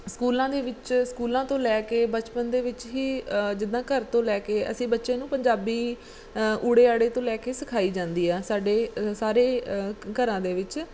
ਸਕੂਲਾਂ ਦੇ ਵਿੱਚ ਸਕੂਲਾਂ ਤੋਂ ਲੈ ਕੇ ਬਚਪਨ ਦੇ ਵਿੱਚ ਹੀ ਜਿੱਦਾਂ ਘਰ ਤੋਂ ਲੈ ਕੇ ਅਸੀਂ ਬੱਚੇ ਨੂੰ ਪੰਜਾਬੀ ਊੜੇ ਆੜੇ ਤੋਂ ਲੈ ਕੇ ਸਿਖਾਈ ਜਾਂਦੀ ਆ ਸਾਡੇ ਸਾਰੇ ਘ ਘਰਾਂ ਦੇ ਵਿੱਚ